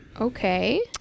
Okay